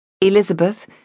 Elizabeth